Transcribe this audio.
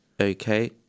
Okay